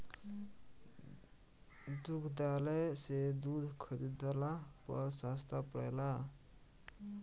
दुग्धालय से दूध खरीदला पर सस्ता पड़ेला?